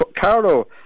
Carlo